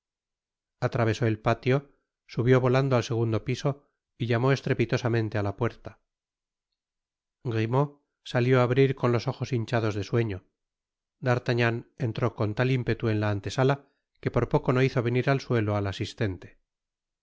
atravesó el patio subió volando al segundo piso y llamó estrepitosamente á la puerta grimaud salió á abrir con los ojos hinchados de sueño d'artagnan entró con tal ímpetu en la antesala que por poco no hizo venir al suelo al asistente